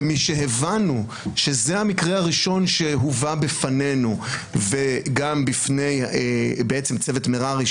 ומשהבנו שזה המקרה הראשון שהובא בפנינו וגם בפני צוות מררי,